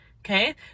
okay